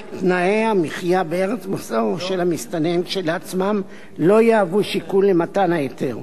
תנאי המחיה בארץ מוצאו של המסתנן כשלעצמם לא יהוו שיקול למתן ההיתר.